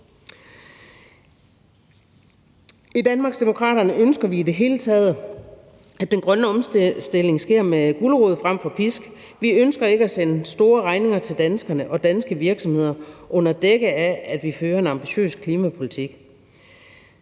I Danmarksdemokraterne ønsker vi i det hele taget, at den grønne omstilling sker med gulerod frem for med pisk. Vi ønsker ikke at sende store regninger til danskerne og danske virksomheder under dække af, at vi fører en ambitiøs klimapolitik.